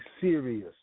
serious